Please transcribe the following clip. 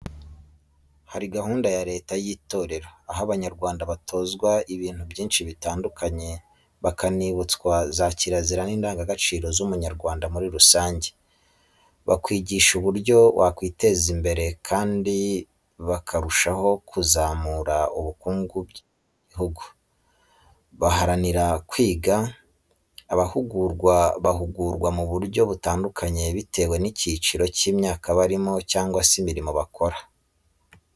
Hari gahunda ya Leta y'itorero, aho Abanyarwanda batozwa ibintu byinshi bitandukanye bakanibutwa za kirazira n'indangagaciro z'umunyarwanda muri rusange, bakwigishwa uburyo bakwiteza imbere kandi bakarushaho kuzamura ubukungu bw'igihugu baharanira kwigira. Abahugurwa bahugurwa mu buryo butandukanye bitewe n'icyiciro cy'imyaka barimo cyangwa se imirimo bakora.